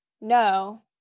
No